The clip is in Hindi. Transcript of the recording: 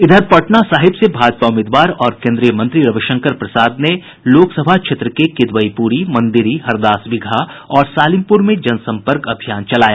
इधर पटना साहिब से भाजपा उम्मीदवार और केन्द्रीय मंत्री रविशंकर प्रसाद ने लोकसभा क्षेत्र के किदवईपुरी मंदिरी हरदास बिगहा और सालिमपुर में जनसंपर्क अभियान चलाया